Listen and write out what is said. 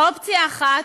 האופציה האחת,